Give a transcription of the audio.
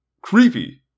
creepy